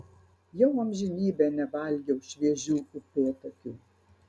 jau amžinybę nevalgiau šviežių upėtakių